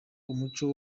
umuco